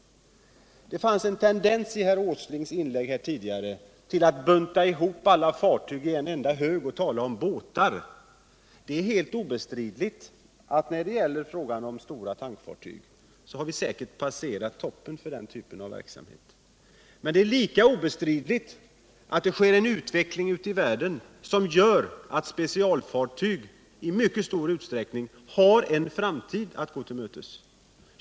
I sitt anförande hade herr Åsling en tendens att bunta ihop alla fartyg i en enda hög och bara tala om båtar. När det gäller stora tankfartyg är det obestridligt att vi säkert passerat toppen för den typen av verksamhet. Men det är lika obestridligt att det pågår en utveckling ute i världen som gör att specialfartyg i mycket stor utsträckning har en framtid att gå till mötes.